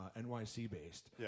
NYC-based